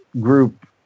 group